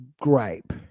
gripe